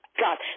God